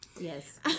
yes